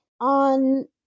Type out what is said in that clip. on